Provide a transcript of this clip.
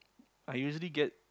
I usually get